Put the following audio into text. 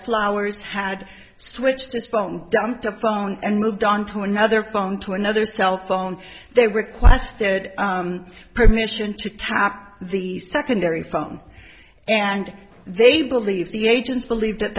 flowers had switched his phone down the phone and moved on to another phone to another cell phone they requested permission to tap the secondary from and they believe the agents believed at